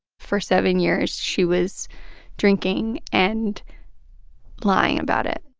for seven years, she was drinking and lying about it